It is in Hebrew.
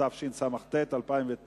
התשס"ט 2009,